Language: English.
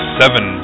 seven